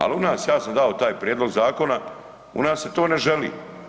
Ali u nas, ja sam dao prijedlog zakona, u nas se to ne želi.